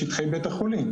בשטחי בית החולים.